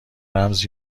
رمز